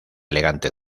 elegante